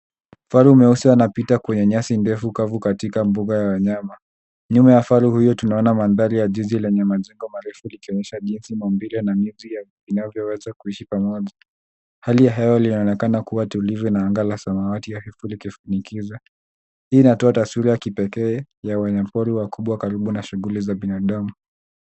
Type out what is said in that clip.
Kifaru mweusi anapita kwenye nyasi ndefu kavu katika mbuga ya wanyama. Nyuma ya faru huyu tunaona mandhari ya jiji yenye majengo marefu ikionyesha jinsi maumbile na miji yanaweza kuishi pamoja . Hali ya hewa inaonekana kuwa tulivu na anga ya samawati. Hii inatoa taswira ya kipekee ya wanyama pori wakubwa karibu na shughuli za binadamu.